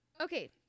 okay